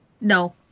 No